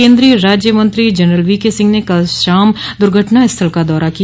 केन्द्रीय राज्य मंत्री जनरल वीकेसिंह ने कल सांय दुर्घटना स्थल का दौरा किया